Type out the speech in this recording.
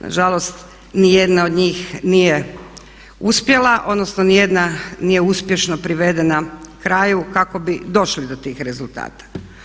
Nažalost ni jedna od njih nije uspjela, odnosno ni jedna nije uspješno privedena kraju kako bi došli do tih rezultata.